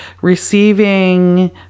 receiving